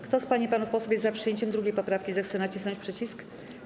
Kto z pań i panów posłów jest za przyjęciem 2. poprawki, zechce nacisnąć przycisk.